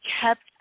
kept